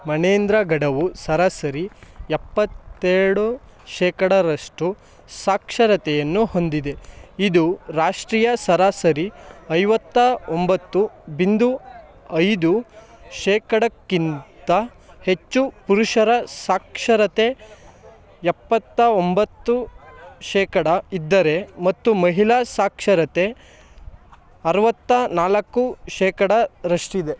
ಮನೇಂದ್ರಗಡವು ಸರಾಸರಿ ಎಪ್ಪತ್ತೇರಡು ಶೇಖಡರಷ್ಟು ಸಾಕ್ಷರತೆಯನ್ನು ಹೊಂದಿದೆ ಇದು ರಾಷ್ಟ್ರೀಯ ಸರಾಸರಿ ಐವತ್ತ ಒಂಬತ್ತು ಬಿಂದು ಐದು ಶೇಖಡಕ್ಕಿಂತ ಹೆಚ್ಚು ಪುರುಷರ ಸಾಕ್ಷರತೆ ಎಪ್ಪತ್ತ ಒಂಬತ್ತು ಶೇಖಡ ಇದ್ದರೆ ಮತ್ತು ಮಹಿಳಾ ಸಾಕ್ಷರತೆ ಅರವತ್ತ ನಾಲ್ಕು ಶೇಖಡರಷ್ಟಿದೆ